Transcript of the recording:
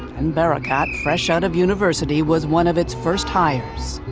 and barakat, fresh out of university, was one of its first hires.